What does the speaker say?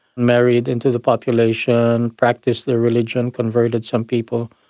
married into the population, practice their religion, converted some people.